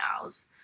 owls